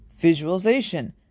Visualization